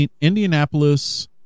Indianapolis